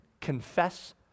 confess